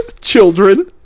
children